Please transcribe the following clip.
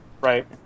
Right